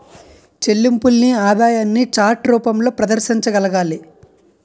చెల్లింపుల్ని ఆదాయాన్ని చార్ట్ రూపంలో ప్రదర్శించగలగాలి